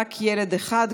רק ילד אחד,